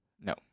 No